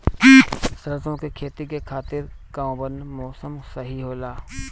सरसो के खेती के खातिर कवन मौसम सही होला?